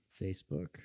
Facebook